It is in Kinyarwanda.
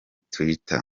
twitter